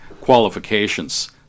qualifications